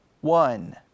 one